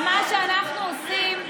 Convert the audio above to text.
ומה שאנחנו עושים,